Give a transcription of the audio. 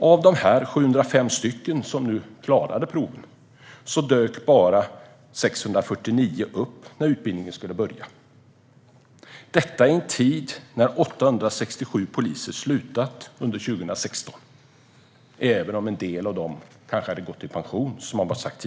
Av de 705 som klarade proven dök bara 649 upp när utbildningen skulle börja - detta i en tid när 867 poliser har slutat, även om en del av dem kanske har gått i pension.